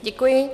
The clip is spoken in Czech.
Děkuji.